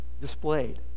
displayed